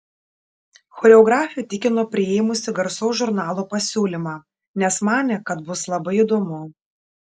choreografė tikino priėmusi garsaus žurnalo pasiūlymą nes manė kad bus labai įdomu